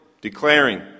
declaring